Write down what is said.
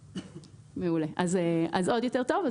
עוד יותר טוב.